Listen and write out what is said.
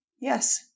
Yes